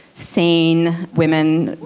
sane women,